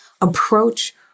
approach